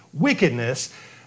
wickedness